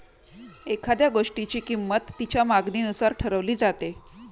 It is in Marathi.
एखाद्या गोष्टीची किंमत तिच्या मागणीनुसार ठरवली जाते